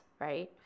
right